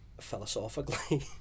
Philosophically